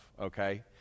okay